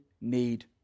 need